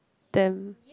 them